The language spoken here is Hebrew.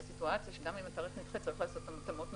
זה סיטואציה שגם אם התאריך נדחה צריך לעשות התאמות נוספות,